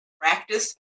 practice